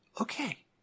Okay